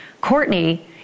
Courtney